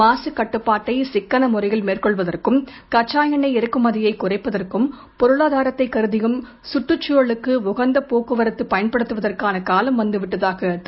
மாசுக் கட்டுப்பாட்டை சிக்கன முறையில் மேற்கொள்ளுவதற்கும் கச்சா எண்ணெய் இறக்குமதியை குறைப்பதற்கும் பொருளாதாரத்தைக் கருதியும் போக்குவரத்து பயன்படுத்துவதற்கான காலம் வந்து விட்டதாக திரு